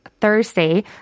Thursday